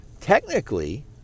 technically